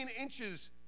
inches